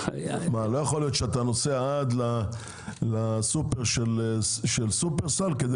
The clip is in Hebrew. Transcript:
לא יכול להיות שאתה נוסע עד לסופר של שופרסל כדי